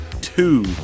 two